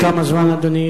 משפט סיום.